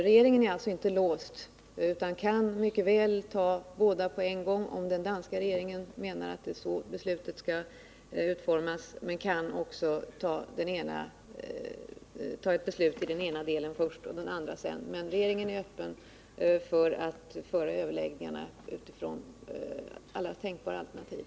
Regeringen är alltså inte låst utan kan mycket väl fatta beslut om båda lederna på en gång, om den danska regeringen menar att det är så beslutet skall utformas. Regeringen kan också fatta beslut i den ena delen först och den andra sedan, och vi är öppna för överläggningar utifrån olika tänkbara alternativ.